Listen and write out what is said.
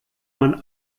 man